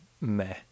meh